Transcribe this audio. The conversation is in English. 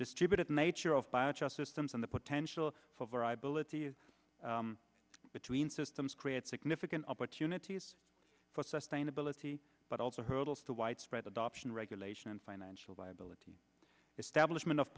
distributed nature of the systems and the potential for variety between systems create significant opportunities for sustainability but also hurdles to widespread adoption regulation and financial viability establishment of